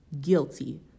guilty